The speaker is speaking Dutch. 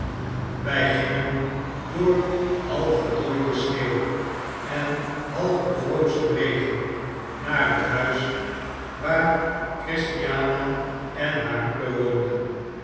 wij gingen door half gedooide sneeuw en half bevrozen regen naar het huis waar christian en haar moeder woonden